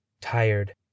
tired